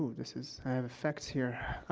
this is i have effects here.